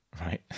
Right